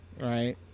right